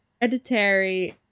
hereditary